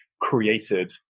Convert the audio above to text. created